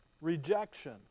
rejection